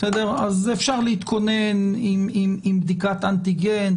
אז אפשר להתכונן עם בדיקת אנטיגן.